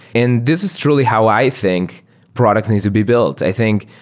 and this is truly how i think products needs to be built. i think,